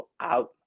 out